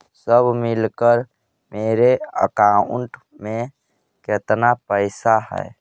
सब मिलकर मेरे अकाउंट में केतना पैसा है?